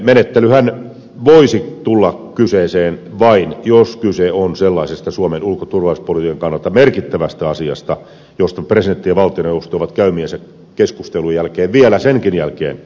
menettelyhän voisi tulla kyseeseen vain jos kyse on sellaisesta suomen ulko ja turvallisuuspolitiikan kannalta merkittävästä asiasta josta presidentti ja valtioneuvosto ovat käymiensä keskustelujen jälkeen vielä senkin jälkeen eri mieltä